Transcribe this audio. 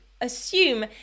assume